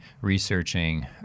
researching